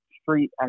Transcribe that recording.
street